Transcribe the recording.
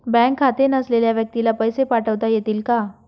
Bank खाते नसलेल्या व्यक्तीला पैसे पाठवता येतील का?